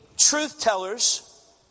truth-tellers